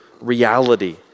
reality